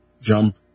jump